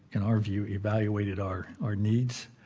in our view, evaluated our our needs.